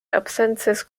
absences